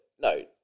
no